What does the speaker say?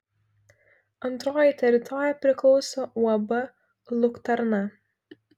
antroji teritorija priklauso uab luktarna